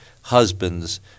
husbands